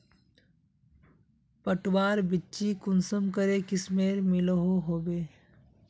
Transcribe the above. पटवार बिच्ची कुंसम करे किस्मेर मिलोहो होबे?